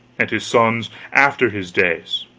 and his sons, after his days.